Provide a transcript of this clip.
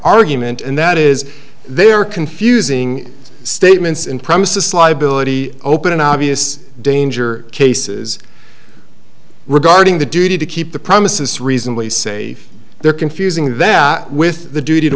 argument and that is they are confusing statements in premises liability open and obvious danger cases regarding the duty to keep the promises reasonably safe they are confusing that with the duty to